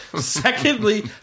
Secondly